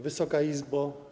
Wysoka Izbo!